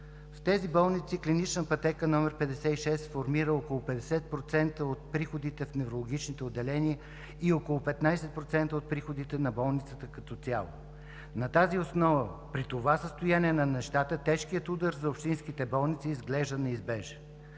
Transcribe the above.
В тези болници клинична пътека № 56 формира около 50% от приходите в неврологичните отделения и около 15% от приходите на болницата като цяло. На тази основа, при това състояние на нещата тежкият удар за общинските болници изглежда неизбежен.